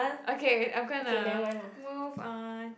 okay wait I'm gonna move on